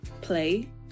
play